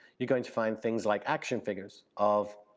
you're going to find things like action figures of